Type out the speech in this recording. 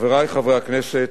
חברי חברי הכנסת,